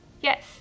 Yes